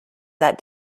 that